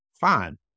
Fine